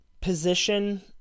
position